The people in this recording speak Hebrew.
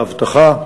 האבטחה והתנועה,